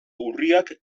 urriak